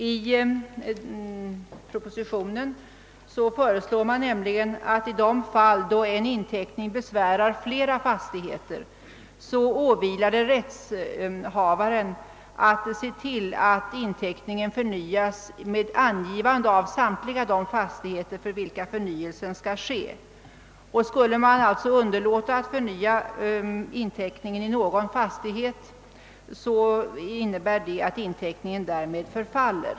I propositionen föreslås nämligen att det i de fall en inteckning besvärar flera fastigheter skall åvila rättighetshavaren att tillse, att inteckningen förnyas med angivande av samtliga de fastigheter i vilka förnyelsen skall ske. Skulle man alltså underlåta att förnya inteckningen i någon fastighet innebär det att inteckningen förfaller.